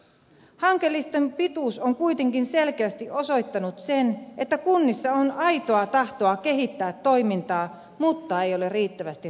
hankelistan pituus on kuitenkin selkeästi osoittanut sen että kunnissa on aitoa tahtoa kehittää toimintaa mutta ei ole riittävästi resursseja